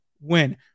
win